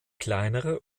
kleinere